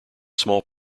small